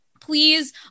Please